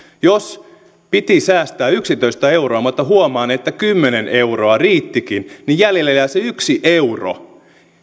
jos piti säästää yksitoista euroa mutta huomaan että kymmenen euroa riittikin niin jäljelle jää se yksi euro